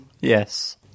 Yes